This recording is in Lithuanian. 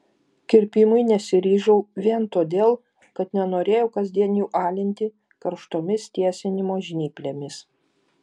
kirpimui nesiryžau vien todėl kad nenorėjau kasdien jų alinti karštomis tiesinimo žnyplėmis